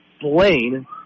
Blaine